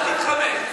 אל תתחמק, תענה.